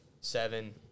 Seven